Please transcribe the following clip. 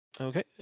Okay